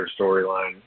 storyline